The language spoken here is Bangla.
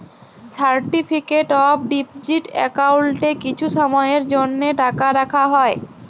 সার্টিফিকেট অফ ডিপজিট একাউল্টে কিছু সময়ের জ্যনহে টাকা রাখা হ্যয়